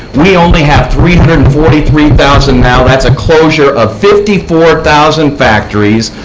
we only have three hundred and forty three thousand now. that is a closure of fifty four thousand factories,